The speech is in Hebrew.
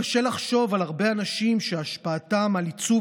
קשה לחשוב על הרבה אנשים שהשפעתם על עיצוב